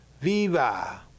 Viva